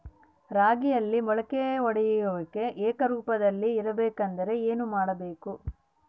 ರಾಗಿಯಲ್ಲಿ ಮೊಳಕೆ ಒಡೆಯುವಿಕೆ ಏಕರೂಪದಲ್ಲಿ ಇರಬೇಕೆಂದರೆ ಏನು ಮಾಡಬೇಕು?